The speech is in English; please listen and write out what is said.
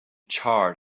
charred